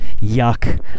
Yuck